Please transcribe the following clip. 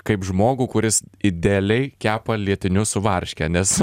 kaip žmogų kuris idealiai kepa lietinius su varške nes